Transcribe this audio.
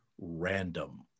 random